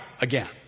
again